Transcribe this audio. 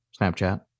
Snapchat